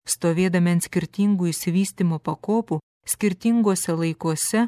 stovėdami ant skirtingų išsivystymo pakopų skirtinguose laikuose